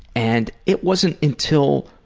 and it wasn't until